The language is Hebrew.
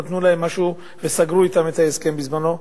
נתנו להם משהו וסגרו אתם את ההסכם בזמנו.